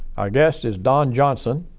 our guest is don johnson,